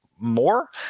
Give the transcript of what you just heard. More